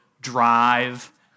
drive